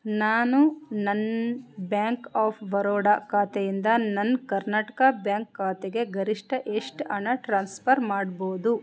ನಾನು ನನ್ನ bank of Baroda ಖಾತೆಯಿಂದ ನನ್ನ ಕರ್ನಾಟಕ ಬ್ಯಾಂಕ್ ಖಾತೆಗೆ ಗರಿಷ್ಠ ಎಷ್ಟು ಹಣ ಟ್ರಾನ್ಸ್ಫರ್ ಮಾಡಬೋದು